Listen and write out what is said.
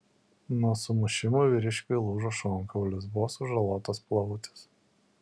nuo sumušimų vyriškiui lūžo šonkaulis buvo sužalotas plautis